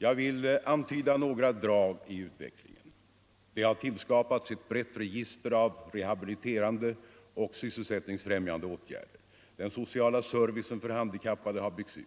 Jag vill antyda några drag i utvecklingen. Det har tillskapats ett brett register av rehabiliterande och sysselsättningsfrämjande åtgärder. Den sociala servicen för handi Nr 134 kappade har byggts ut.